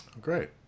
Great